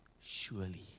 surely